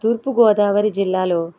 తూర్పుగోదావరి జిల్లాలో